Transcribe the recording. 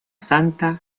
santa